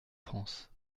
france